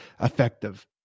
effective